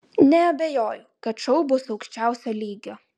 neabejoju kad šou bus aukščiausio lygio